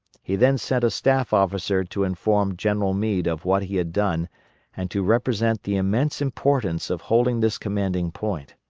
he then sent a staff officer to inform general meade of what he had done and to represent the immense importance of holding this commanding point.